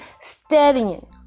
studying